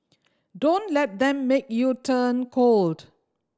don't let them make you turn cold